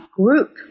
group